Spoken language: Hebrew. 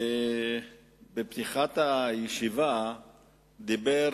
בפתיחת הישיבה דיבר